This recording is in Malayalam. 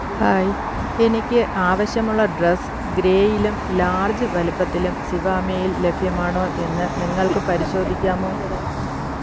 ഹായ് എനിക്ക് ആവശ്യമുള്ള ഡ്രസ്സ് ഗ്രേയിലും ലാർജ് വലുപ്പത്തിലും സിവാമേയിൽ ലഭ്യമാണോ എന്നു നിങ്ങൾക്കു പരിശോധിക്കാമോ